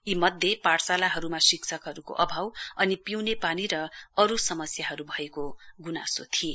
यीमध्ये पाठशालाहरूमा शिक्षकहरूको अभाव अनि पिउने पानी र अरू समस्याहरू भएको गुनासो थिए